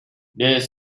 this